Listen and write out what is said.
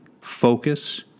focus